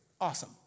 Awesome